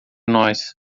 nós